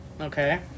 Okay